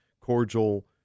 cordial